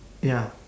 ya